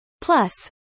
Plus